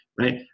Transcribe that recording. Right